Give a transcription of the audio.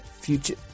future